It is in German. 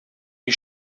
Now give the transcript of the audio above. die